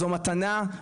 זו מתנה,